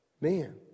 Man